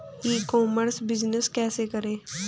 ई commerce business कैसे करें?